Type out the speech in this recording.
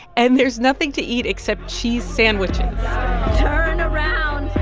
and there's nothing to eat except cheese sandwiches turn around.